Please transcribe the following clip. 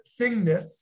thingness